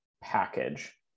package